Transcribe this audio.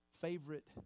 favorite